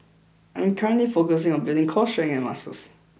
I'm currently focusing on building core strength and muscle